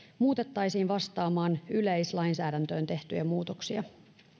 muutettaisiin vastaamaan yleislainsäädäntöön tehtyjä muutoksia